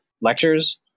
lectures